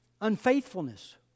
unfaithfulness